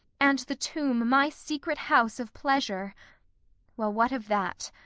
and the tomb my secret house of pleasure well, what of that?